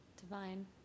Divine